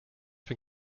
bin